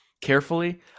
carefully